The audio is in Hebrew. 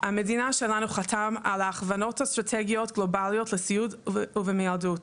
המדינה שלנו חתמה על ההכוונות אסטרטגיות גלובליות לסיעוד ומיילדות.